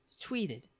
tweeted